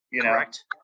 Correct